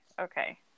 Okay